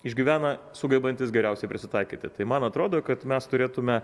išgyvena sugebantys geriausiai prisitaikyti tai man atrodo kad mes turėtume